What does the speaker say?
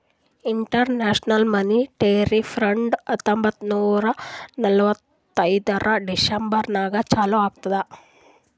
international monetary fund ಹತ್ತೊಂಬತ್ತ್ ನೂರಾ ನಲ್ವತ್ತೈದು ಡಿಸೆಂಬರ್ ನಾಗ್ ಚಾಲೂ ಆಗ್ಯಾದ್